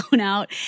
out